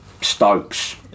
Stokes